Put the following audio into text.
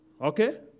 Okay